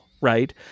right